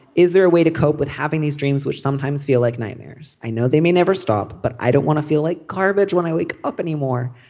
is there a way to cope with having these dreams which sometimes feel like nightmares. i know they may never stop but i don't want to feel like garbage when i wake up anymore.